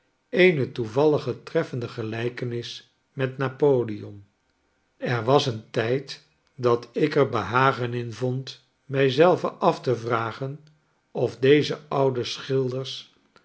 eene toevallige treffende gelijkenis met napoleon er was een tijd dat ik er behagen in vond mij zelven af te vragen of deze oude schilders